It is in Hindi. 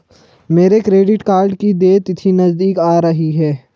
मेरे क्रेडिट कार्ड की देय तिथि नज़दीक आ रही है